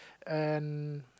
and